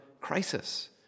crisis